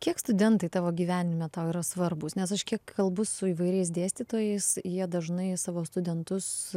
kiek studentai tavo gyvenime tau yra svarbūs nes aš kiek kalbu su įvairiais dėstytojais jie dažnai savo studentus